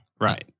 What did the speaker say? Right